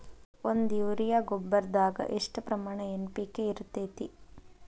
ಒಂದು ಯೂರಿಯಾ ಗೊಬ್ಬರದಾಗ್ ಎಷ್ಟ ಪ್ರಮಾಣ ಎನ್.ಪಿ.ಕೆ ಇರತೇತಿ?